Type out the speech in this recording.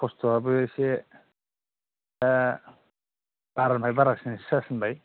खस्ट'आबो एसे दा बारानिफ्राय बारासिनसो जासिनबाय